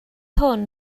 hwn